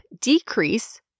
decrease